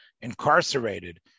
incarcerated